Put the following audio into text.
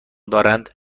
دارند